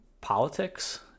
politics